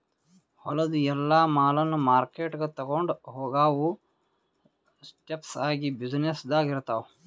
ಹೊಲದು ಎಲ್ಲಾ ಮಾಲನ್ನ ಮಾರ್ಕೆಟ್ಗ್ ತೊಗೊಂಡು ಹೋಗಾವು ಸ್ಟೆಪ್ಸ್ ಅಗ್ರಿ ಬ್ಯುಸಿನೆಸ್ದಾಗ್ ಇರ್ತಾವ